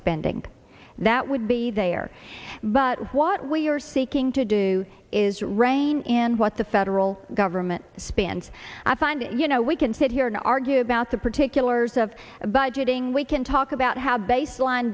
spending that would be there but what we are seeking to do is rang in what the federal government spends i find you know we can sit here and argue about the particulars of budgeting we can talk about how baseline